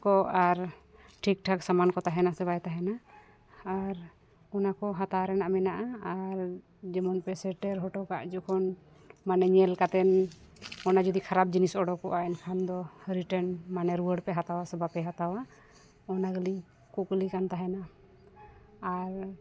ᱠᱚ ᱟᱨ ᱴᱷᱤᱠ ᱴᱷᱟᱠ ᱥᱟᱢᱟᱱ ᱠᱚ ᱛᱟᱦᱮᱱᱟ ᱥᱮ ᱵᱟᱭ ᱛᱟᱦᱮᱱᱟ ᱟᱨ ᱚᱱᱟᱠᱚ ᱦᱟᱛᱟᱣ ᱨᱮᱱᱟᱜ ᱢᱮᱱᱟᱜᱼᱟ ᱟᱨ ᱡᱚᱠᱷᱚᱱ ᱯᱮ ᱥᱮᱴᱮᱨᱚ ᱦᱚᱴᱚ ᱠᱟᱜ ᱡᱚᱠᱷᱚᱱ ᱢᱟᱱᱮ ᱧᱮᱞ ᱠᱟᱛᱮᱫ ᱚᱱᱟ ᱡᱩᱫᱤ ᱠᱷᱟᱨᱟᱯ ᱡᱤᱱᱤᱥ ᱩᱰᱩᱠᱚᱜᱼᱟ ᱮᱱᱠᱷᱟᱱ ᱫᱚ ᱨᱤᱴᱟᱨᱱ ᱢᱟᱱᱮ ᱨᱩᱣᱟᱹᱲᱯᱮ ᱦᱟᱛᱟᱣᱟ ᱥᱮ ᱵᱟᱯᱮ ᱦᱟᱛᱟᱣᱟ ᱚᱱᱟ ᱜᱮᱞᱤᱧ ᱠᱩᱞᱤ ᱠᱟᱱ ᱛᱟᱦᱮᱱᱟ ᱟᱨ